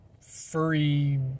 furry